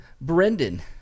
Brendan